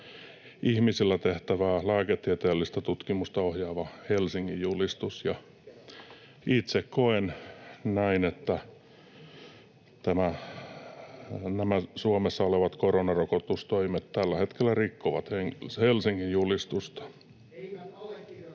ihmisillä tehtävää lääketieteellistä tutkimusta ohjaava Helsingin julistus? Itse koen näin, että nämä Suomessa olevat koronarokotustoimet tällä hetkellä rikkovat Helsingin julistusta. [Aki Lindén: